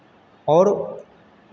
और